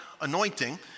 anointing